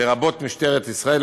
לרבות משטרת ישראל,